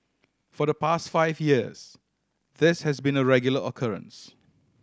for the past five years this has been a regular occurrence